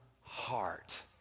heart